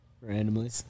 randomly